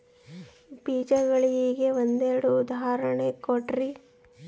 ಬೇಜಗಳಿಗೆ ಒಂದೆರಡು ಉದಾಹರಣೆ ಕೊಡ್ರಿ?